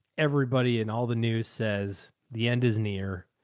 everybody in all the news says, the end is near